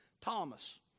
Thomas